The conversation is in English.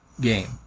game